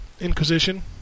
Inquisition